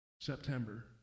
September